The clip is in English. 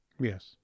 Yes